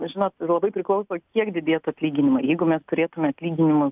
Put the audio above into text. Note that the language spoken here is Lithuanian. na žinot labai priklauso kiek didėtų atlyginimai jeigu mes turėtume atlyginimui